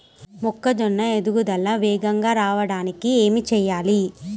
మొక్కజోన్న ఎదుగుదల వేగంగా రావడానికి ఏమి చెయ్యాలి?